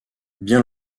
bien